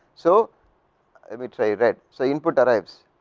so i will try red, so input arrivesthis